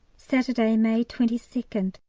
saturday, may twenty second,